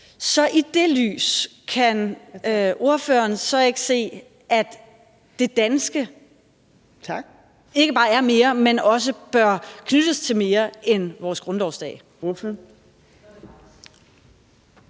set i det lys kan ordføreren så ikke se, at det danske ikke bare er mere, men også bør knyttes til mere end vores grundlovsdag?